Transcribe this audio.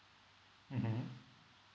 mmhmm